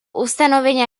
ustanovenia